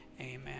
Amen